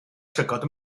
llygod